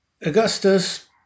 augustus